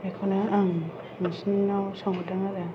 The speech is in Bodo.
बेखौनो आं नोंसिनाव सोंहरदों आरो